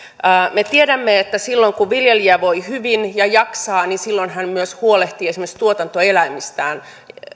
me tiedämme että silloin kun viljelijä voi hyvin ja jaksaa niin hän myös huolehtii esimerkiksi tuotantoeläimistään